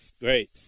great